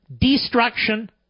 destruction